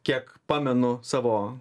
kiek pamenu savo